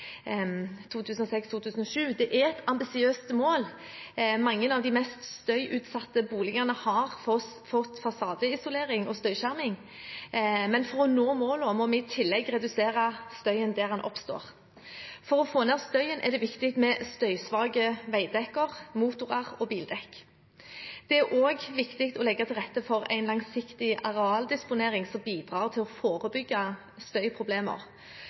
Det er et ambisiøst mål. Mange av de mest støyutsatte boligene har fått fasadeisolering og støyskjerming, men for å nå målene må vi i tillegg redusere støyen der den oppstår. For å få ned støyen er det viktig med støysvake veidekker, motorer og bildekk. Det er også viktig å legge til rette for en langsiktig arealdisponering som bidrar til å forebygge